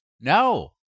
No